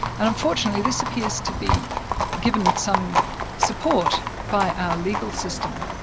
and unfortunately this appears to be given some support by our legal system,